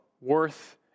worth